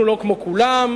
אנחנו לא כמו כולם,